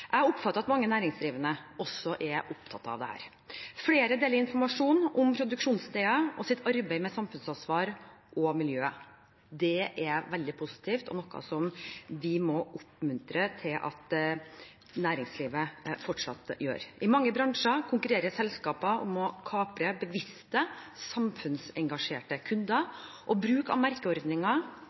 Jeg oppfatter at mange næringsdrivende også er opptatt av dette. Flere deler informasjon om produksjonssteder og sitt arbeid med samfunnsansvar og miljø. Det er veldig positivt og noe vi må oppmuntre til at næringslivet fortsatt gjør. I mange bransjer konkurrerer selskaper om å kapre bevisste, samfunnsengasjerte kunder, og bruk av merkeordninger,